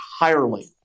entirely